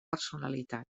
personalitat